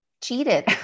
cheated